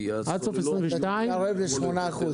נתקרב ל-8%?